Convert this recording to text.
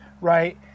right